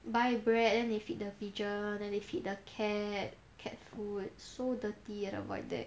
buy bread then they feed the pigeon then they feed the cat cat food so dirty at the void deck